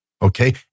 Okay